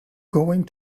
going